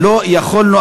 לא היינו יכולים,